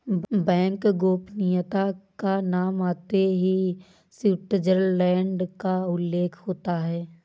bank गोपनीयता का नाम आते ही स्विटजरलैण्ड का उल्लेख होता हैं